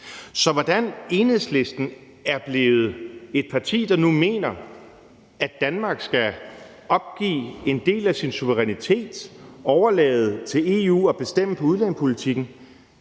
Så hvordan Enhedslisten er blevet et parti, der nu mener, at Danmark skal opgive en del af sin suverænitet og overlade til EU at bestemme på udlændingepolitikkens